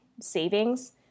savings